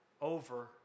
over